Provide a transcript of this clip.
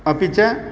अपि च